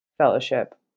fellowship